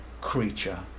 creature